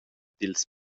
dils